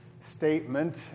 statement